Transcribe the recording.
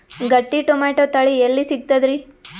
ಗಟ್ಟಿ ಟೊಮೇಟೊ ತಳಿ ಎಲ್ಲಿ ಸಿಗ್ತರಿ?